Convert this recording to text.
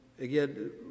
again